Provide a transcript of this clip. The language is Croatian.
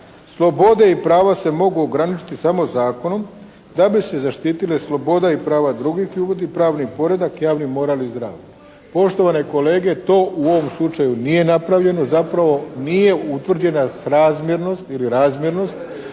"Slobode i prava se mogu ograničiti samo zakonom da bi se zaštitile sloboda i prava drugih ljudi, pravni poredak, javni moral i zdravlje.". Poštovane kolege to u ovom slučaju nije napravljeno. Zapravo nije utvrđena srazmjernost ili razmjernost